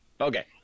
Okay